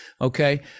Okay